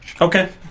Okay